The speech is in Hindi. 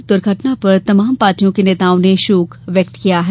इस दुर्घटना पर तमाम पार्टियों के नेताओं ने शोक व्यक्त किया है